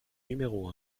numéro